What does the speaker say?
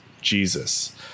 Jesus